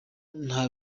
nta